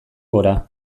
gora